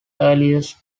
earliest